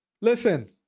Listen